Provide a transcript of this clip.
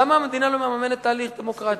למה המדינה לא מממנת תהליך דמוקרטי?